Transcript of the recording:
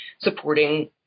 supporting